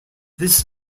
this